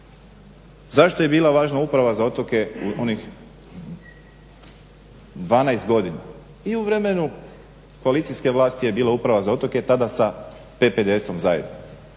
Zašto bi bila važna uprava za otoke onih 12 godina i u vremenu koalicijske vlasti je bila uprava za otoke tada sa PPDS-om zajedno